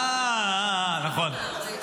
אה, נכון.